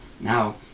Now